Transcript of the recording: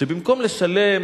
שבמקום לשלם